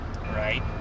right